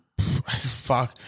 fuck